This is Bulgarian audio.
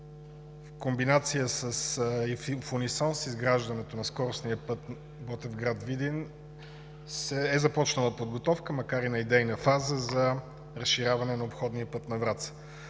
него, че в унисон с изграждането на скоростния път Ботевград – Видин е започнала подготовка, макар и на идейна фаза, за разширяване на обходния път на Враца.